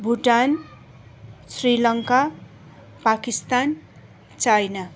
Bhutan Sri Lanka Pakistan China